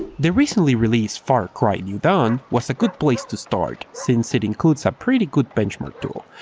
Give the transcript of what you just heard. the recently released far cry new dawn was a good place to start since it includes a pretty good benchmark tool.